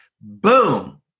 Boom